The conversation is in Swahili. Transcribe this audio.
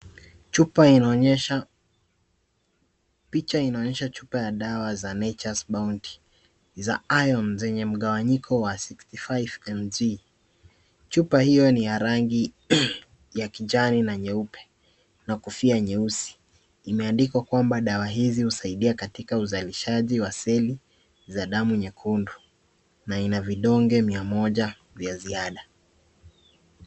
Picha inaonyesha chupa ya dawa za nature's bounty za iron zenye mgawanyiko wa 65mg , chupa hiyo ni ya rangi ya kijani na nyeupe na kofia nyeusi imeandikwa kwamba dawa hizi husaidia katika uzalishaji asili za damu nyekundu na vidonge mia moja ya ziada.